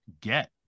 get